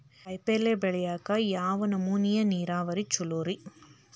ಕಾಯಿಪಲ್ಯ ಬೆಳಿಯಾಕ ಯಾವ್ ನಮೂನಿ ನೇರಾವರಿ ಛಲೋ ರಿ?